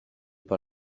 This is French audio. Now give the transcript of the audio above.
par